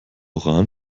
rahn